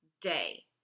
day